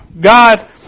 God